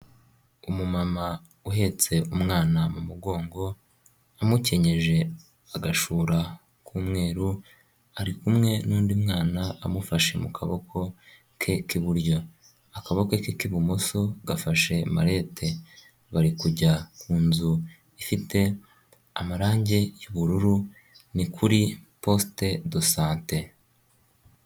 Umu mama uhetse umwana mu mugongo, amukenyeje agashura k'umweru, ari kumwe n'undi mwana amufashe mu kaboko ke k'iburyo, akaboko ke k'ibumoso gafashe marete, bari kujya ku nzu ifite amarangi y'ubururu, ni kuri posite dosante.